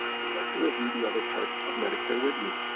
i would like to review the other parts of medicare with you.